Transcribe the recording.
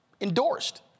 endorsed